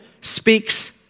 speaks